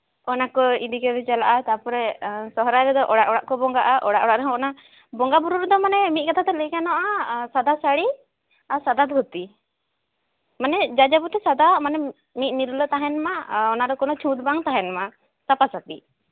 ᱚᱱᱟ ᱠᱚ ᱤᱫᱤ ᱠᱟᱛᱮ ᱪᱟᱞᱟᱜᱼᱟᱭ ᱛᱟᱯᱚᱨᱮ ᱥᱚᱦᱨᱟᱭ ᱨᱮᱫᱚ ᱚᱲᱟᱜ ᱚᱲᱟᱜ ᱠᱚ ᱵᱚᱸᱜᱟᱜᱼᱟ ᱚᱲᱟᱜ ᱚᱲᱟᱜ ᱨᱮᱦᱚᱸ ᱚᱱᱟ ᱵᱚᱸᱜᱟ ᱵᱩᱨᱩ ᱨᱮᱫᱚ ᱢᱟᱱᱮ ᱢᱤᱫ ᱠᱟᱛᱷᱟᱛᱮ ᱞᱟᱹᱭ ᱜᱟᱱᱚᱜᱼᱟ ᱥᱟᱫᱟ ᱥᱟᱲᱤ ᱟᱨ ᱥᱟᱫᱟ ᱫᱷᱩᱛᱤ ᱢᱟᱱᱮ ᱡᱟ ᱡᱟᱵᱚᱛᱤ ᱥᱟᱫᱟᱣᱟᱜ ᱢᱟᱱᱮ ᱢᱤᱫ ᱱᱤᱨᱞᱟᱹ ᱛᱟᱦᱮᱸᱱ ᱢᱟ ᱟᱨ ᱚᱱᱟᱫᱚ ᱠᱚᱱᱳ ᱪᱷᱩᱸᱛ ᱵᱟᱝ ᱛᱟᱦᱮᱱ ᱢᱟ ᱥᱟᱯᱟᱥᱟᱯᱤ